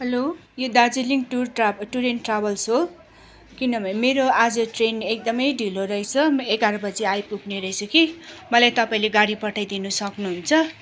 hello यो Darjeeling tour ट्राभ tour and travels हो किनभने मेरो आज ट्रेन एकदमै ढिलो रहेछ म एघार बजी आइपुग्ने रहेछु कि मलाई तपाईँ ले गाडी पठाइदिनु सक्नुहुन्छ